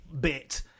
bit